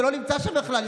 זה לא נמצא שם בכלל.